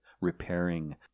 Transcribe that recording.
repairing